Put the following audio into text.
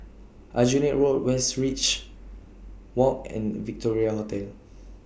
Aljunied Road Westridge Walk and Victoria Hotel